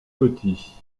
petit